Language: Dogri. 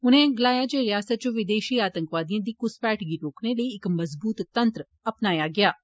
उनें गलाया जे रियासत च विदेशी आतंकवादिएं दी घुसपैठ गी रोकने लेई इक मज़बूत तंत्र अपनाया गेआ ऐ